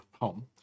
home